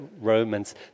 Romans